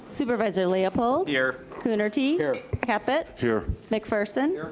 supervisor leopold. here. coonerty. here. caput. here. mcpherson. here.